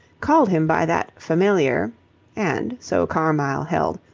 called him by that familiar and, so carmyle held,